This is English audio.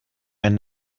and